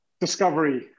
discovery